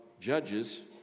Judges